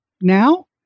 now